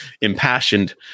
impassioned